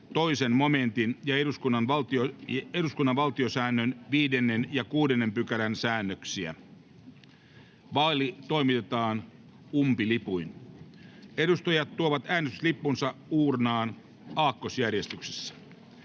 §:n 2 momentin ja eduskunnan vaalisäännön 5 ja 6 §:n säännöksiä. Vaali toimitetaan umpilipuin. Edustajat tuovat äänestyslippunsa uurnaan aakkosjärjestyksessä